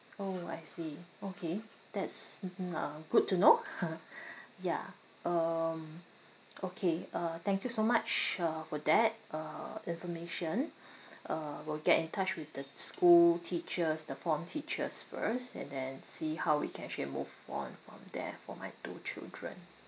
orh I see okay that's uh good to know yeah um okay uh thank you so much uh for that uh information uh we'll get in touch with the school teachers the form teachers first and then see how we can actually move on from there for my two children